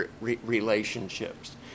relationships